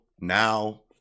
now